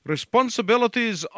Responsibilities